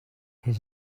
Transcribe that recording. his